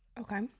Okay